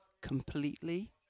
completely